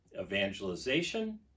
evangelization